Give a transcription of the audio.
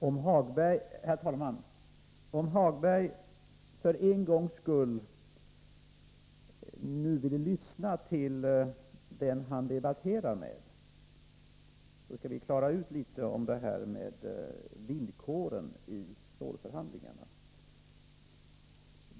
Herr talman! Om Lars-Ove Hagberg för en gångs skull nu vill lyssna på den han debatterar med, så skall vi klara ut en del saker när det gäller villkoren i stålförhandlingarna.